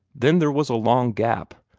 then there was a long gap,